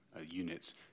units